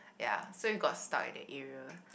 ya so we got stuck at the area